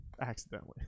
Accidentally